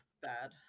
bad